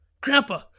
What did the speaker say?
Grandpa